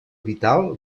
vital